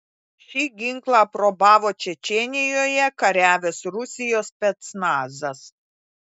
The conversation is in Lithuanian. šį ginklą aprobavo čečėnijoje kariavęs rusijos specnazas